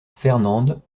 fernande